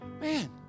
man